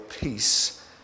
peace